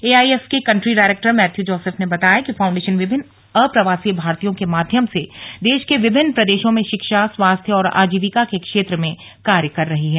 AIF के country director Matthew Joseph ने बताया कि फाउण्डेशन विभिन्न अप्रवासी भारतीयों के माध्यम से देश के विभिन्न प्रदेशों में शिक्षा स्वास्थ्य और आजीविका के क्षेत्र में कार्य कर रही है